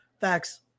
Facts